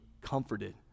comforted